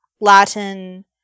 Latin